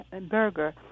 burger